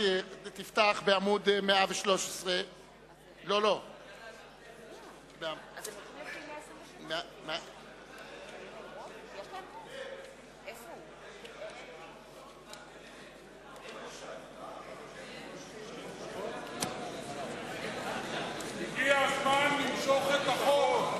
תפתח בעמוד 113. הגיע הזמן למשוך את החוק.